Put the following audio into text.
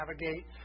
navigate